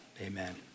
Amen